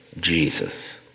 Jesus